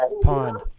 pond